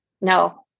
No